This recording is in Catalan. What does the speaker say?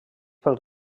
pel